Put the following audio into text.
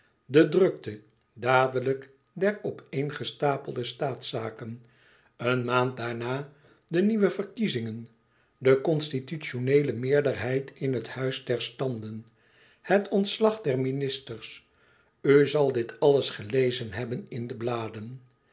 de drukte dadelijk der opeengestapelde staatszaken een maand daarna de nieuwe verkiezingen de constitutioneele meerderheid in het huis der standen het ontslag der ministers u zal dit alles gelezen hebben in de bladen